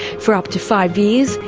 for up to five years,